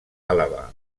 àlaba